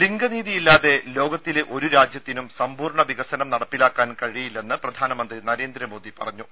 ലിംഗനീതിയില്ലാതെ ലോകത്തിലെ ഒരു രാജ്യത്തിനും സമ്പൂർണ്ണ വികസനം നടപ്പിലാക്കാൻ കഴിയില്ലെന്ന് പ്രധാനമന്ത്രി നരേന്ദ്ര മോദി പറഞ്ഞു